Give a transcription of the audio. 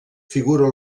figura